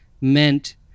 meant